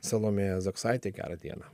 salomėja zaksaitė gerą dieną